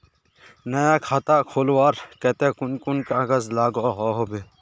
नया खाता खोलवार केते कुन कुन कागज लागोहो होबे?